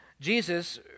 Jesus